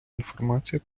інформація